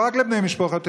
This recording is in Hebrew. לא רק לבני משפחותיהם,